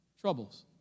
troubles